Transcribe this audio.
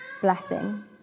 blessing